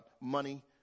money